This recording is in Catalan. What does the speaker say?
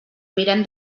mirem